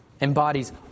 embodies